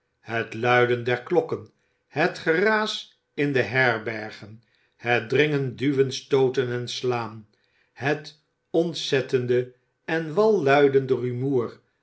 het luiden der klokken het geraas in de herbergen het dringen duwen stooten en slaan het ontzettende en wanluidende rumoer